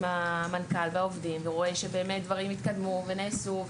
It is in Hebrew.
המנכ"ל והעובדים ורואה שבאמת דברים התקדמו ונעשו.